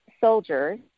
soldiers